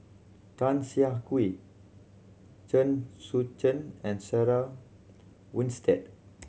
Tan Siah Kwee Chen Sucheng and Sarah Winstedt